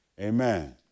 Amen